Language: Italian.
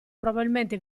probabilmente